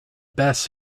best